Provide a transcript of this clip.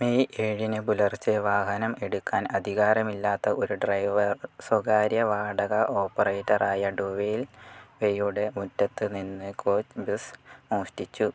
May ഏഴിന് പുലർച്ചെ വാഹനം എടുക്കാൻ അധികാരമില്ലാത്ത ഒരു ഡ്രൈവർ സ്വകാര്യ വാടക ഓപ്പറേറ്ററായ ഡ്യുവേയ്ൽ വേയുടെ മുറ്റത്ത് നിന്ന് കോച്ച് ബസ് മോഷ്ടിച്ചു